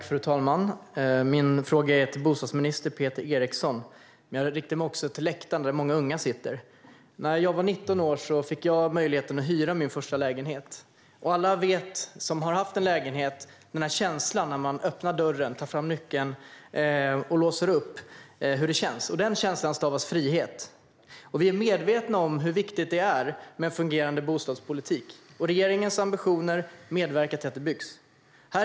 Fru talman! Min fråga är till bostadsminister Peter Eriksson. Jag riktar mig också till läktaren där många unga sitter. När jag var 19 år fick jag möjlighet att hyra min första lägenhet. Alla som har haft en lägenhet vet hur känslan är när man öppnar dörren, tar fram nyckeln och låser upp. Den känslan stavas frihet. Vi är medvetna om hur viktigt det är med en fungerande bostadspolitik. Regeringens ambitioner medverkar till att det byggs.